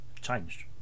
changed